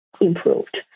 improved